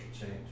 change